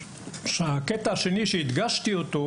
בקטע השני שהדגשתי אותו,